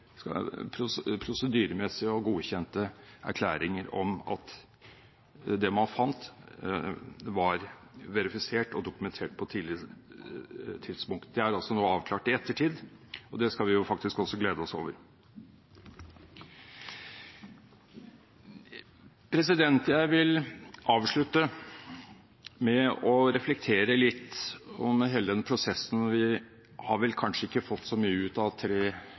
skal vi faktisk også glede oss over. Jeg vil avslutte med å reflektere litt over hele denne prosessen. Vi har vel kanskje ikke fått så mye ut av tre